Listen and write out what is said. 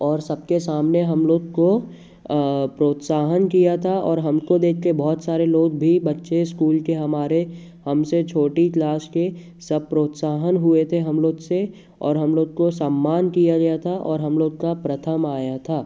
और सबके सामने हम लोग को प्रोत्साहन किया था और हमको देख कर बहुत सारे लोग भी बच्चे इस्कूल के हमारे हमसे छोटी क्लास के सब प्रोत्साहन हुए थे हम लोग से और हम लोग काे सम्मान किया गया था और हम लोग का प्रथम आया था